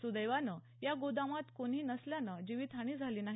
सुदैवानं या गोदामात कोणी नसल्यानं जीवीत हानी झाली नाही